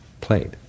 played